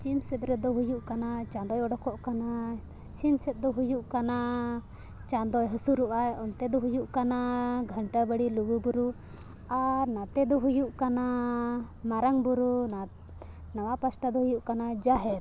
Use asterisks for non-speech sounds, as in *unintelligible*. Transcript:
ᱯᱚᱪᱷᱤᱢ ᱥᱮᱫ ᱨᱮᱫᱚ ᱦᱩᱭᱩᱜ ᱠᱟᱱᱟ ᱪᱟᱸᱫᱚᱭ ᱚᱰᱚᱠᱚᱜ ᱠᱟᱱᱟ ᱯᱚᱪᱷᱤᱢ ᱥᱮᱫ ᱫᱚ ᱦᱩᱭᱩᱜ ᱠᱟᱱᱟ ᱪᱟᱸᱫᱳᱭ ᱦᱟᱹᱥᱩᱨᱚᱜ ᱟᱭ ᱚᱱᱛᱮ ᱫᱚ ᱦᱩᱭᱩᱜ ᱠᱟᱱᱟ ᱜᱷᱟᱱᱴᱟ ᱵᱟᱹᱲᱮ ᱞᱩᱜᱩ ᱵᱩᱨᱩ ᱟᱨ ᱱᱟᱛᱮ ᱫᱚ ᱦᱩᱭᱩᱜ ᱠᱟᱱᱟ ᱢᱟᱨᱟᱝ ᱵᱩᱨᱩ *unintelligible* ᱱᱚᱣᱟ ᱯᱟᱥᱴᱟ ᱫᱚ ᱦᱩᱭᱩᱜ ᱠᱟᱱᱟ ᱡᱟᱦᱮᱨ